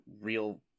real